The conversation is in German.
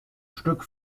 stück